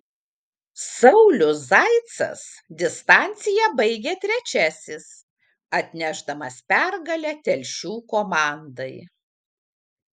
saulius zaicas distanciją baigė trečiasis atnešdamas pergalę telšių komandai